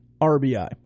RBI